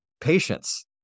patience